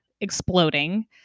exploding